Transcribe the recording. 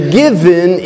given